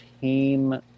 Team